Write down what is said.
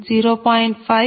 20840 0